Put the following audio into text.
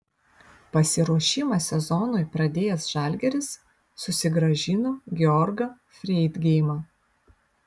pasiruošimą sezonui pradėjęs žalgiris susigrąžino georgą freidgeimą